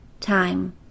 time